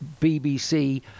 BBC